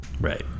Right